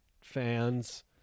fans